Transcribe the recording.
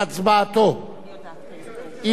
אם יש מישהו שלא נשאל,